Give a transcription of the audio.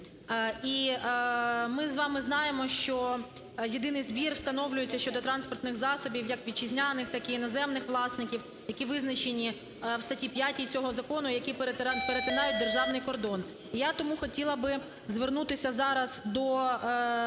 І ми з вами знаємо, що єдиний збір встановлюється щодо транспортних засобів як вітчизняних, так і іноземних власників, які визначені в статті 5 цього закону, які перетинають державний кордон. І я тому хотіла би звернутися зараз до